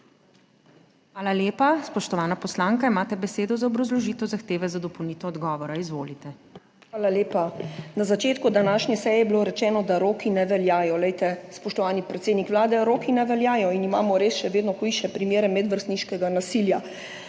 Hvala lepa. Spoštovana poslanka, imate besedo za obrazložitev zahteve za dopolnitev odgovora. Izvolite. IVA DIMIC (PS NSi): Hvala lepa. Na začetku današnje seje je bilo rečeno, da roki ne veljajo. Spoštovani predsednik Vlade, roki ne veljajo in imamo res vedno hujše primere medvrstniškega nasilja.